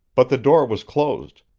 but the door was closed,